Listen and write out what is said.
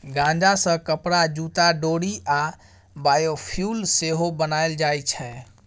गांजा सँ कपरा, जुत्ता, डोरि आ बायोफ्युल सेहो बनाएल जाइ छै